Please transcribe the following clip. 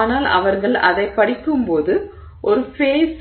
ஆனால் அவர்கள் அதைப் படிக்கும்போது ஒரு ஃபேஸ்